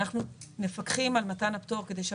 אנחנו מפקחים על מתן הפטור כדי שהוא